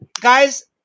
guys